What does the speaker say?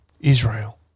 Israel